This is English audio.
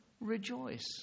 Rejoice